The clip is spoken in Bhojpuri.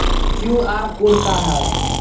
क्यू.आर कोड का ह?